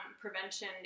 prevention